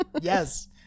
Yes